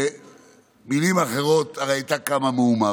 במילים אחרות הרי הייתה קמה מהומה.